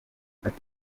ati